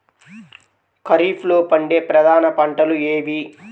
ఖరీఫ్లో పండే ప్రధాన పంటలు ఏవి?